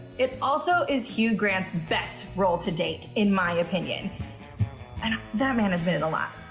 it also is hugh grant's best role to date in my opinion and that man has been in a lot.